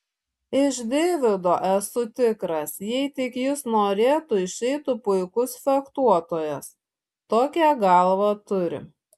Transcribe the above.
iš deivido esu tikras jei tik jis norėtų išeitų puikus fechtuotojas tokią galvą turi